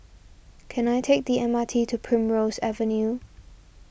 can I take the M R T to Primrose Avenue